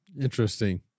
interesting